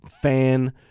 fan